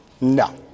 no